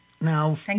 Now